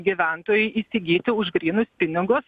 gyventojai įsigyti už grynus pinigus